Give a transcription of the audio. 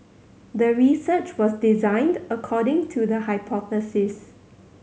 the research was designed according to the hypothesis